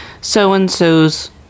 so-and-so's